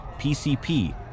PCP